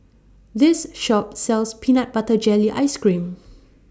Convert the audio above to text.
This Shop sells Peanut Butter Jelly Ice Cream